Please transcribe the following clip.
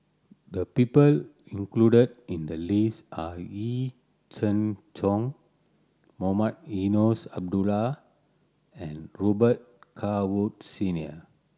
the people included in the list are Yee Jenn Jong Mohamed Eunos Abdullah and Robet Carr Woods Senior